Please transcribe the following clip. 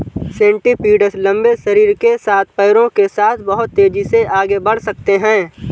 centipedes लंबे शरीर के साथ पैरों के साथ बहुत तेज़ी से आगे बढ़ सकते हैं